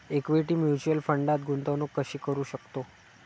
Equity mutual फंडात गुंतवणूक कशी करू शकतो?